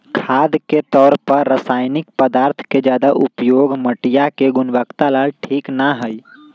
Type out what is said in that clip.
खाद के तौर पर रासायनिक पदार्थों के ज्यादा उपयोग मटिया के गुणवत्ता ला ठीक ना हई